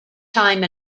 time